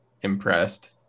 impressed